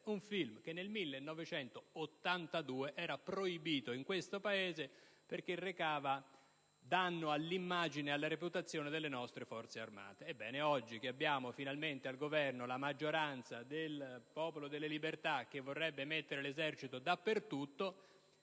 un film che nel 1982 era proibito in questo Paese perché recava danno all'immagine e alla reputazione delle nostre Forze armate. Oggi che abbiamo finalmente al Governo la maggioranza del Popolo della Libertà, che vorrebbe mettere l'Esercito dappertutto,